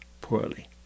poorly